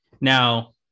now